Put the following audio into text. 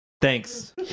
Thanks